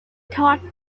thought